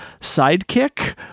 sidekick